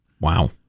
wow